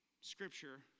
scripture